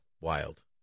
Wild